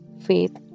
faith